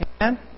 Amen